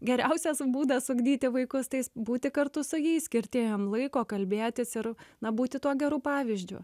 geriausias būdas ugdyti vaikus tais būti kartu su jais skirti jiem laiko kalbėtis ir na būti tuo geru pavyzdžiu